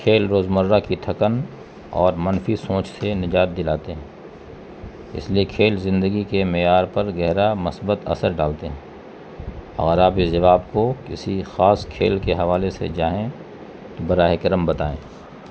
کھیل روزمرہ کی تھکن اور منفی سوچ سے نجات دلاتے ہیں اس لیے کھیل زندگی کے معیار پر گہرا مثبت اثر ڈالتے ہیں اور آپ اس جواب کو کسی خاص کھیل کے حوالے سے جائیں براہ کرم بتائیں